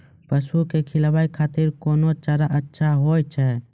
पसु के खिलाबै खातिर कोन चारा अच्छा होय छै?